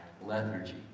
lethargy